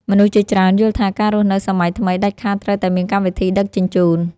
មនុស្សជាច្រើនយល់ថា ការរស់នៅសម័យថ្មីដាច់ខាតត្រូវតែមានកម្មវិធីដឹកជញ្ជូន។